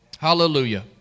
Hallelujah